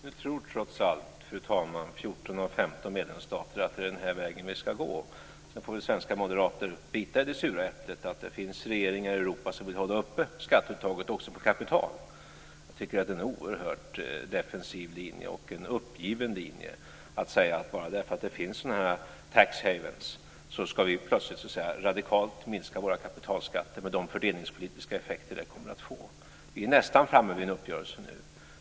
Fru talman! Nu tror trots allt 14 av 15 medlemsstater att det är den här vägen som vi ska gå. Då får väl svenska moderater bita i det sura äpplet. Det finns regeringar i Europa som vill hålla uppe skatteuttaget också på kapital. Jag tycker att det är en oerhört defensiv och uppgiven linje att säga att bara för att det finns tax havens ska vi plötsligt radikalt minska våra kapitalskatter med de fördelningspolitiska effekter detta skulle få. Vi är nästan framme vid en uppgörelse nu.